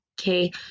Okay